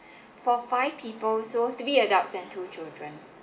for five people so three adults and two children